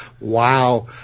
Wow